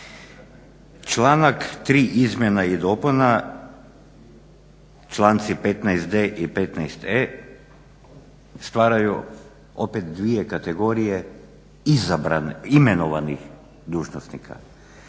Članak 3. izmjena i dopuna, članci 15.d i 15.e stvaraju opet dvije kategorije imenovanih dužnosnika.